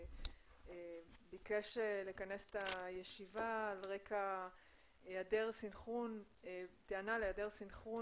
הוא ביקש לכנס את הישיבה על רקע טענה להיעדר סנכרון